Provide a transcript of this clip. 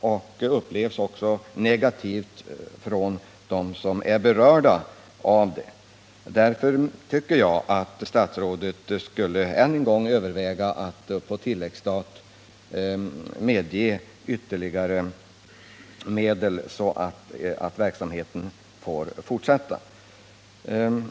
Andra alternativ upplevs också negativt av dem som berörs. Jag tycker därför att statsrådet borde än en gång överväga att på tilläggsstat medge ytterligare medel.